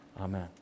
amen